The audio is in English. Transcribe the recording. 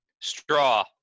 Straw